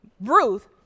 Ruth